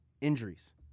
injuries